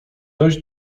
dość